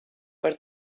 per